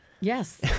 Yes